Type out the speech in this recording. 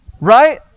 Right